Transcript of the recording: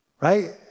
Right